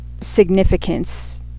significance